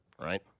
Right